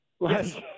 Yes